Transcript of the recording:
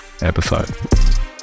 episode